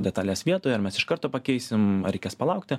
detales vietoje ar mes iš karto pakeisim ar reikės palaukti